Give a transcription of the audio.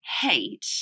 hate